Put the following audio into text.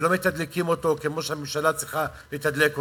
ולא מתדלקים אותו כמו שהממשלה צריכה לתדלק אותו,